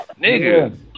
nigga